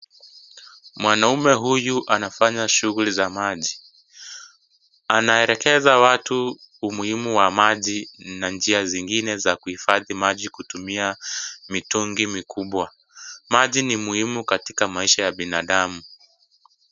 Mwanaume huyu anafanya shughuli za maji. Anaelekeza watu umuhimu wa maji na njia zingine za kuhifadhi maji kutumia mitungi mikubwa. Maji ni muhimu katiak maisha ya binadamu.